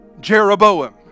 Jeroboam